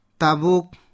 tabuk